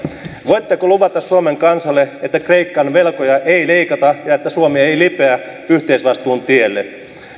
voitteko luvata suomen kansalle että kreikan velkoja ei leikata ja että suomi ei lipeä yhteisvastuun tielle